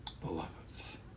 Beloveds